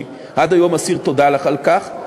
ועד היום אני אסיר תודה לך על כך,